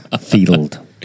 field